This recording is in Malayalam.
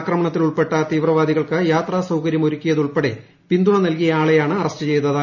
ആക്രമണത്തിൽ ഉൾപ്പെട്ട തീവ്രവാദികൾക്ക് യാത്രാ സൌകര്യം ഒരുക്കിയതുൾപ്പെടെ പിന്തുണ നൽകിയ ആളെയാണ് അറസ്റ്റ് ചെയ്തത്